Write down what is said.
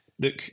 look